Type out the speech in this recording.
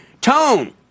Tone